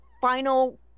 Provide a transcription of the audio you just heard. final